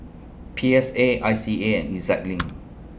P S A I C A and E Z LINK